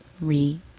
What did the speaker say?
re-